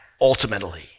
ultimately